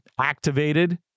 activated